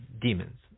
demons